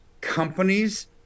companies